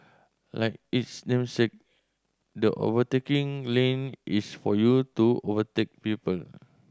like its namesake the overtaking lane is for you to overtake people